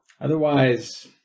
Otherwise